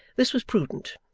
this was prudent,